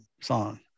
song